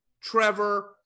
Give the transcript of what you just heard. Trevor